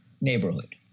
neighborhood